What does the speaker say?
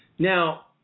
Now